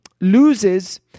loses